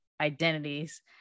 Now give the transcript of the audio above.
identities